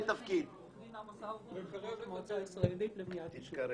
יו"ר המועצה הישראלית למניעת עישון.